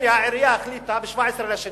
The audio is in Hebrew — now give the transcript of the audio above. הנה, העירייה החליטה ב-17 בפברואר